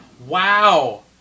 Wow